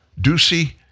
Ducey